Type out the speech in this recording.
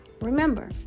remember